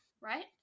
right